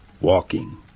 walking